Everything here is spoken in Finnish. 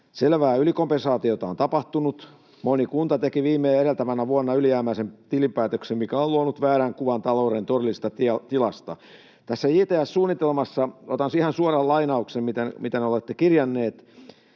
Selvää ylikompensaatiota on tapahtunut. Moni kunta teki viime ja edeltävänä vuonna ylijäämäisen tilinpäätöksen, mikä on luonut väärän kuvan talouden todellisesta tilasta. Otan tästä JTS-suunnitelmasta ihan suoran lainauksen, miten olette kirjanneet: